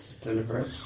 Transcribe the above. Deliberate